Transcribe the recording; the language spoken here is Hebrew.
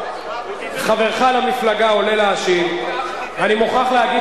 חברך למפלגה עולה להשיב ואני מוכרח להגיד